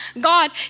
God